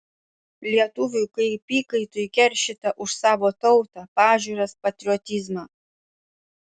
lietuviui kaip įkaitui keršyta už savo tautą pažiūras patriotizmą